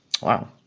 Wow